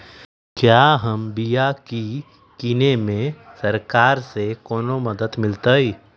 क्या हम बिया की किने में सरकार से कोनो मदद मिलतई?